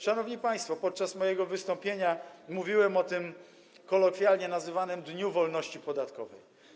Szanowni państwo, podczas mojego wystąpienia mówiłem o tym, kolokwialnie tak nazywanym, dniu wolności podatkowej.